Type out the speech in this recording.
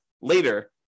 later